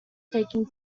taking